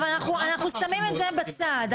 אבל אנחנו שמים את זה בצד.